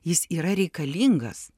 jis yra reikalingas